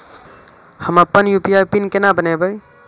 हम अपन UPI PIN केना बनैब?